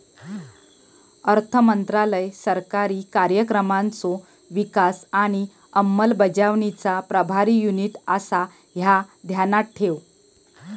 अर्थमंत्रालय सरकारी कार्यक्रमांचो विकास आणि अंमलबजावणीचा प्रभारी युनिट आसा, ह्या ध्यानात ठेव